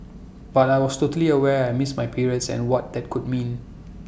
but I was totally aware I missed my periods and what that could mean